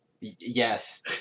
Yes